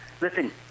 Listen